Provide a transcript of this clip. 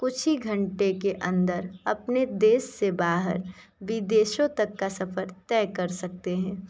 कुछ ही घंटो के अंदर अपने देश से बाहर विदेशों तक का सफ़र तय कर सकते हैं